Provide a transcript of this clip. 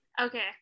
Okay